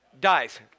Dies